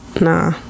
Nah